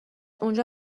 اونجا